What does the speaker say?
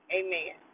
amen